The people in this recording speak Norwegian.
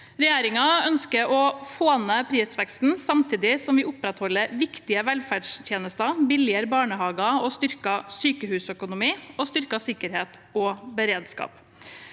Regjeringen ønsker å få ned prisveksten samtidig som vi opprettholder viktige velferdstjenester, billigere barnehager, styrket sykehusøkonomi og styrket sikkerhet og beredskap.